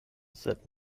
sed